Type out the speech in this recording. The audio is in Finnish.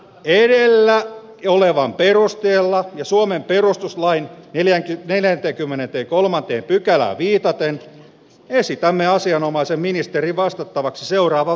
edellä olevan perusteella suomen perustuslain neljäs neljättäkymmenettä kolmanteen pykälään viitaten esitämme asianomaisen ministerin vastattavaksi seuraava